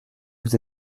vous